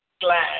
glad